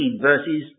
verses